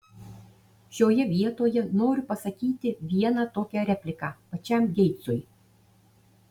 šioje vietoje noriu pasakyti vieną tokią repliką pačiam geitsui